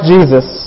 Jesus